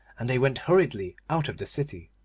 and they went hurriedly out of the city.